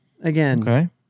again